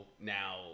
now